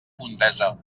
montesa